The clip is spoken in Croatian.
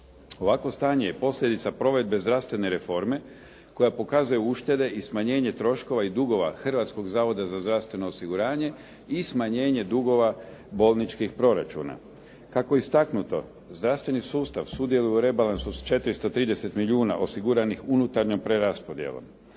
Ovakvo stanje je posljedica provedbe zdravstvene reforme koja pokazuje uštede i smanjenje troškova i dugova Hrvatskog zavoda za zdravstveno osiguranje i smanjenje dugova bolničkih proračuna. Kako je istaknuto zdravstveni sustav sudjeluje u rebalansu sa 430 milijuna osiguranih unutarnjom preraspodjelom.